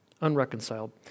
unreconciled